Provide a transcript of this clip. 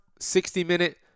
60-minute